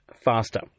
faster